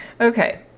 Okay